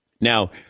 Now